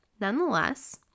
nonetheless